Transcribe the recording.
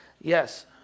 Yes